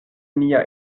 mia